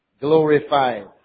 glorified